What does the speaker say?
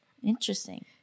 Interesting